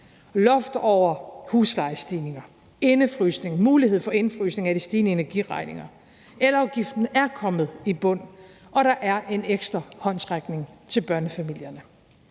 loft over huslejestigninger og mulighed for indefrysning af de stigende energiregninger. Elafgiften er kommet i bund, og der er en ekstra håndsrækning til børnefamilierne.